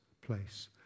place